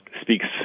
Speaks